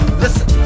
listen